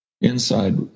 inside